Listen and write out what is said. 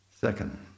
Second